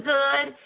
good